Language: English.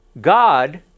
God